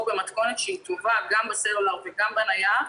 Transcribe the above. במתכונת שהיא טובה גם בסלולר וגם בנייח.